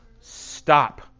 stop